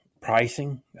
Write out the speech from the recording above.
Pricing